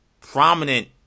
prominent